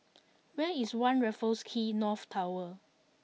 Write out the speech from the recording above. where is One Raffles Quay North Tower